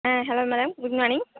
ah hello madam good morning